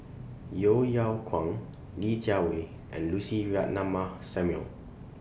Yeo Yeow Kwang Li Jiawei and Lucy Ratnammah Samuel